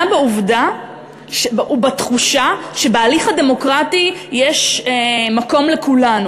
בעובדה ובתחושה שבהליך הדמוקרטי יש מקום לכולנו.